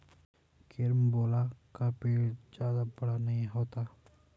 carambola का पेड़ जादा बड़ा नहीं होता